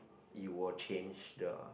you will change the